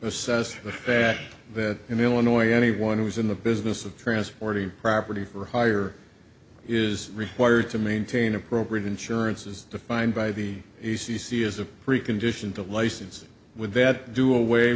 assess the fact that in illinois anyone who is in the business of transporting property for hire is required to maintain appropriate insurance is defined by the a c c as a precondition to license would that do away